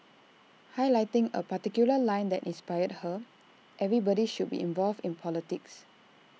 highlighting A particular line that inspired her everybody should be involved in politics